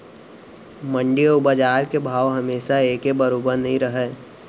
मंडी अउ बजार के भाव हमेसा एके बरोबर नइ रहय